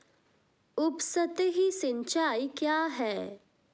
उपसतही सिंचाई क्या है?